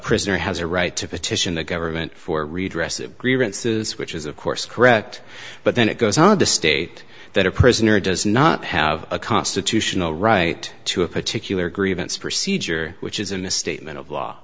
prisoner has a right to petition the government for redress of grievances which is of course correct but then it goes on to state that a prisoner does not have a constitutional right to a particular grievance procedure which is a misstatement of law